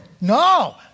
No